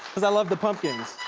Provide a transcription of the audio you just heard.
cause i love the pumpkins.